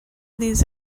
these